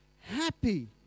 Happy